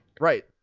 Right